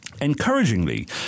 Encouragingly